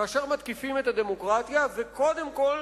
כאשר מתקיפים את הדמוקרטיה, וקודם כול